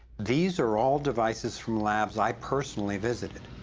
these are all devices from labs i personally visited.